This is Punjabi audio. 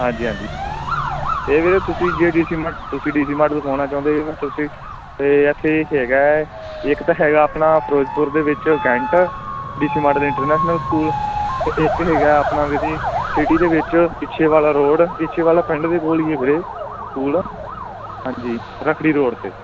ਹਾਂਜੀ ਹਾਂਜੀ ਇਹ ਵੀਰੇ ਤੁਸੀਂ ਜੇ ਡੀ ਸੀ ਮਾ ਤੁਸੀਂ ਡੀ ਸੀ ਮਾਡਲ ਪਾਉਣਾ ਚਾਹੁੰਦੇ ਜੇ ਤੁਸੀਂ ਤਾਂ ਇੱਥੇ ਇੱਕ ਹੈਗਾ ਇੱਕ ਤਾਂ ਹੈਗਾ ਆਪਣਾ ਫਿਰੋਜ਼ਪੁਰ ਦੇ ਵਿੱਚ cantt D C model international school ਅਤੇ ਇੱਕ ਹੈਗਾ ਆਪਣਾ ਵੀਰੇ ਸਿਟੀ ਦੇ ਵਿੱਚ ਈਸੇਵਾਲਾ ਰੋਡ ਈਸੇਵਾਲਾ ਪਿੰਡ ਦੇ ਕੋਲ ਹੀ ਹੈ ਵੀਰੇ ਸਕੂਲ ਹਾਂਜੀ ਰੱਖੜੀ ਰੋਡ 'ਤੇ